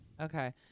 Okay